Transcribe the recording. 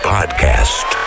Podcast